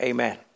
Amen